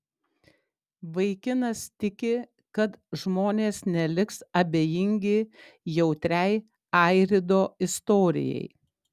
vaikinas tiki kad žmonės neliks abejingi jautriai airido istorijai